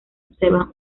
observan